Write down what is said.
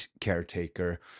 caretaker